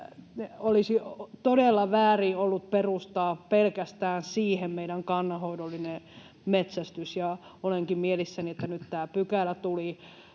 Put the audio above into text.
ollut todella väärin perustaa pelkästään siihen meidän kannanhoidollinen metsästys, ja olenkin mielissäni, että nyt tämä pykälä tuli